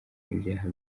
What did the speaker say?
ibyaha